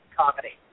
comedy